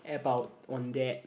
about on that